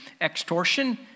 extortion